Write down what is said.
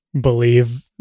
believe